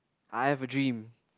I have a dream